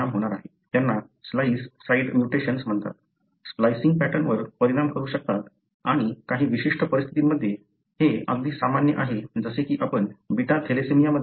त्यांना splice site mutations म्हणतात splicing पॅटर्नवर परिणाम करू शकतात आणि काही विशिष्ट परिस्थितींमध्ये हे अगदी सामान्य आहे जसे की आपण बीटा थॅलेसेमियामध्ये पाहतो